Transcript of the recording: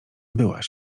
byłaś